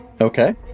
Okay